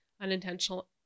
unintentional